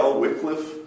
Wycliffe